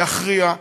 להכריע,